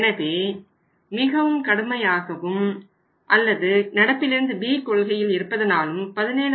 எனவே மிகவும் கடுமையாகவும் அல்லது நடப்பிலிருந்து B கொள்கையில் இருப்பதனாலும் 17